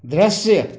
दृश्य